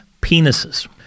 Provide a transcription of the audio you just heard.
penises